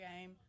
game